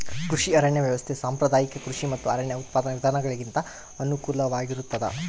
ಕೃಷಿ ಅರಣ್ಯ ವ್ಯವಸ್ಥೆ ಸಾಂಪ್ರದಾಯಿಕ ಕೃಷಿ ಮತ್ತು ಅರಣ್ಯ ಉತ್ಪಾದನಾ ವಿಧಾನಗುಳಿಗಿಂತ ಅನುಕೂಲಕರವಾಗಿರುತ್ತದ